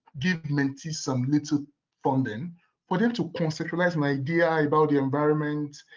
give mentees some little funding for them to conceptualize an idea about the environment,